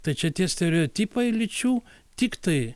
tai čia tie stereotipai lyčių tiktai